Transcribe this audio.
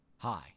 Hi